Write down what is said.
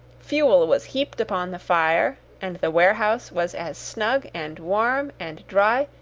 fuel was heaped upon the fire and the warehouse was as snug, and warm, and dry,